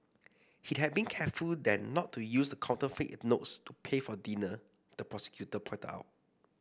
he had been careful then not to use the counterfeit notes to pay for dinner the prosecutor pointed out